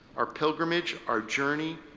our pilgrimage, our journey,